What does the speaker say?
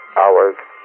hours